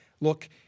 look